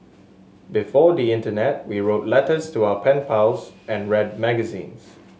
before the internet we wrote letters to our pen pals and read magazines